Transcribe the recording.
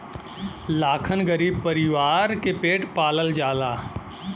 लाखन गरीब परीवार के पेट पालल जाला